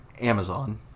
Amazon